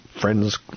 friends